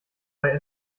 bei